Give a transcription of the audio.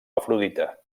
afrodita